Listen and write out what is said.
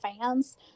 fans